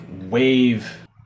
wave